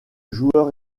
joueur